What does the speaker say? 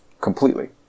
completely